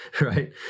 right